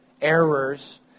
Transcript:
errors